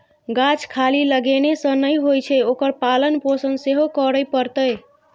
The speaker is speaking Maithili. गाछ खाली लगेने सँ नै होए छै ओकर पालन पोषण सेहो करय पड़तै